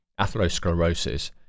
atherosclerosis